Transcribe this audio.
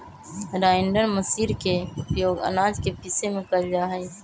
grinder मशीर के उपयोग आनाज के पीसे में कइल जाहई